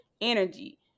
Energy